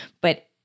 but-